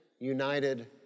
United